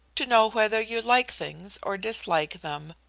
to know whether you like things or dislike them,